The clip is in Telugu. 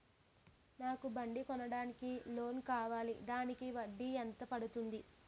నాకు బండి కొనడానికి లోన్ కావాలిదానికి వడ్డీ ఎంత పడుతుంది?